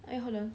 eh hold on